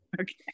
Okay